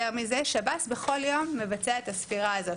יותר מזה, שב"ס בכל יום מבצע את הספירה הזאת.